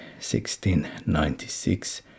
1696